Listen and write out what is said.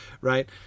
Right